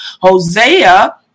Hosea